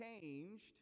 changed